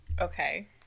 Okay